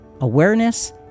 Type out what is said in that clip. awareness